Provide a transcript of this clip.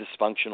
dysfunctional